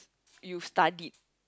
you studied